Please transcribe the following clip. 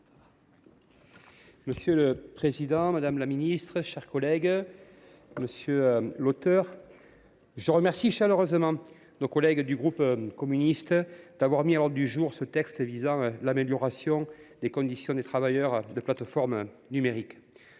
Monsieur le président, madame la ministre, mes chers collègues, je remercie chaleureusement nos collègues du groupe communiste d’avoir mis à l’ordre du jour ce texte relatif à l’amélioration des conditions de travail des travailleurs des plateformes numériques.